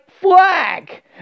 flag